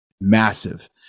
massive